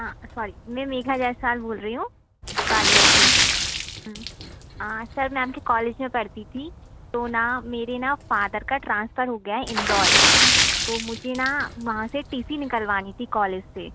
हाँ सॉरी मैं मेघा जैस्वाल बोल रही हूँ गालियर से सर मैम के कॉलेज में पढ़ती थी तो ना मेरे ना फ़ादर का ट्रांसफ़र हो गया है इंदौर तो मुझे ना वहाँ से टी सी निकलवानी थी कॉलेज से